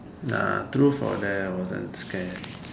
ah truth or dare I wasn't scary